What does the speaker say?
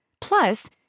Plus